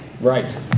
Right